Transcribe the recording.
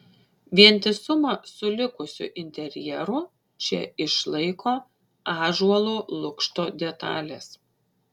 vientisumą su likusiu interjeru čia išlaiko ąžuolo lukšto detalės